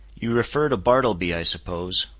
you refer to bartleby, i suppose.